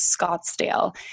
Scottsdale